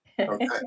Okay